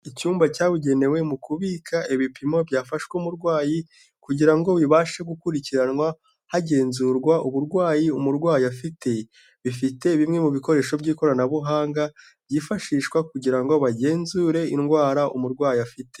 Icyumba cyabugenewe mu kubika ibipimo byafashwe umurwayi kugira ngo ibashe gukurikiranwa hagenzurwa uburwayi umurwayi afite, bifite bimwe mu bikoresho by'ikoranabuhanga byifashishwa kugira ngo bagenzure indwara umurwayi afite.